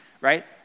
right